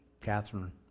Catherine